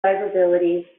favorability